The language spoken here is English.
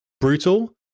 Brutal